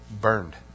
burned